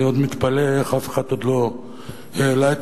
אני עוד מתפלא איך אף אחד עוד לא העלה את